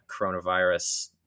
coronavirus